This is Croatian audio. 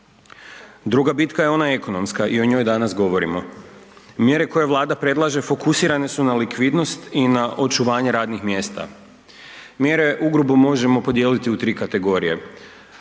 Druga bitka je ona ekonomska i o njoj danas govorimo. Mjere koje Vlada predlaže fokusirane su na likvidnost i na očuvanje radnih mjesta. Mjere ugrubo možemo podijeliti u tri kategorije.